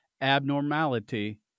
abnormality